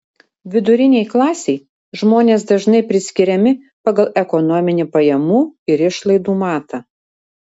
vidurinei klasei žmonės dažnai priskiriami pagal ekonominį pajamų ir išlaidų matą